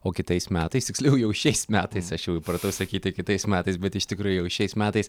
o kitais metais tiksliau jau šiais metais aš jau įpratau sakyti kitais metais bet iš tikrųjų jau šiais metais